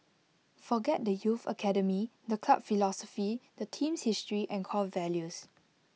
forget the youth academy the club philosophy the team's history and core values